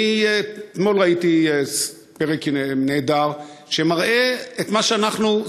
אתמול ראיתי פרק נהדר שמראה את מה שאנחנו,